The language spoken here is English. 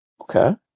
Okay